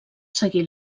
seguir